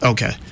Okay